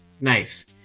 Nice